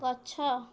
ଗଛ